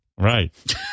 right